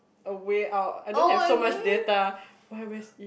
a way out I don't have so much data why m_s if